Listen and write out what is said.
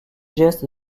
gestes